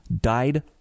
died